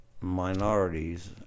minorities